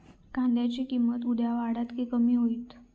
कांद्याची किंमत उद्या वाढात की कमी होईत?